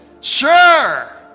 Sure